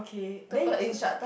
the person